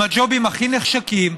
עם הג'ובים הכי נחשקים.